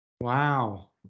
Wow